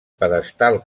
pedestal